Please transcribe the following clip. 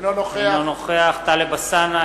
אינו נוכח טלב אלסאנע,